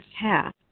half